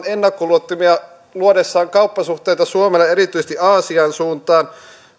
ennakkoluulottomia luodessaan kauppasuhteita suomelle erityisesti aasian suuntaan